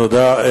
תודה.